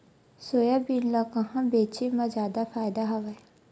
Soybean ल कहां बेचे म जादा फ़ायदा हवय?